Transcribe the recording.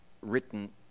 written